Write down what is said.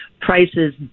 prices